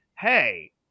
Hey